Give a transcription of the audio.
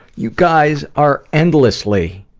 you guys are endlessly